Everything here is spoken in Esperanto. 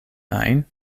ajn